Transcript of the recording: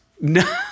No